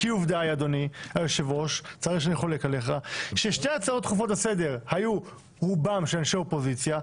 אדוני היושב-ראש ששתי הצעות לסדר היו רובן של אנשי אופוזיציה,